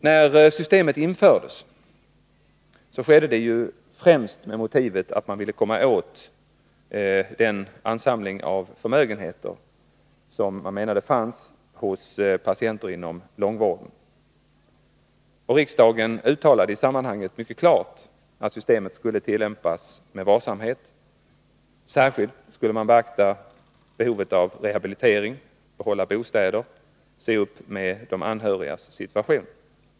När systemet infördes skedde det främst med motivet att man ville komma åt den ansamling av förmögenheter som man menade fanns hos patienter inom långvården. Riksdagen uttalade i sammanhanget mycket klart att systemet skulle tillämpas med varsamhet. Särskilt skulle man beakta behovet av rehabilitering samt behovet att behålla bostäder och se upp med de anhörigas situation.